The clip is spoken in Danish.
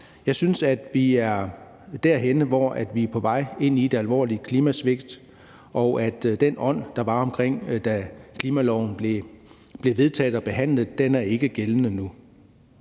Jeg synes, vi er derhenne, hvor vi er på vej ind i et alvorligt klimasvigt, og den ånd, der var, da klimaloven blev vedtaget og behandlet, er ikke gældende nu.